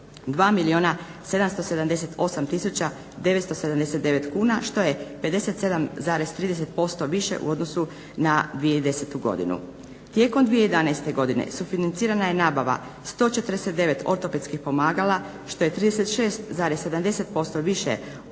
979 kuna što je 57,30% više u odnosu na 2010. godinu. Tijekom 2011. godine sufinancirana je nabava 149 ortopedskih pomagala što je 36,70% više u odnosu na 2010. godinu